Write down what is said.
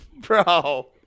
Bro